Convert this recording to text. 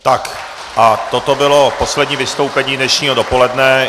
Tak a toto bylo poslední vystoupení dnešního dopoledne.